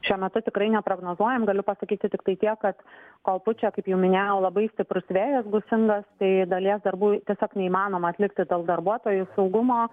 šiuo metu tikrai neprognozuojam galiu pasakyti tiktai tiek kad kol pučia kaip jau minėjau labai stiprus vėjas gūsingas tai dalies darbų tiesiog neįmanoma atlikti dėl darbuotojų saugumo